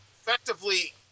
effectively